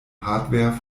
hardware